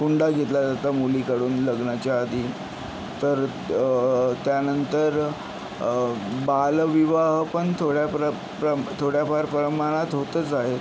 हुंडा घेतला जातो मुलीकडून लग्नाच्या आधी तर त्यानंतर बालविवाह पण थोड्याप्र प्रम थोड्याफार प्रमाणात होतच आहे